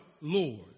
Lord